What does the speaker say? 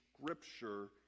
scripture